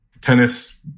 tennis